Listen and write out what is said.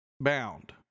bound